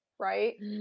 right